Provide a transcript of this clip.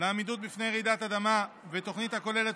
לעמידות בפני רעידת אדמה ותוכנית הכוללת